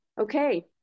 Okay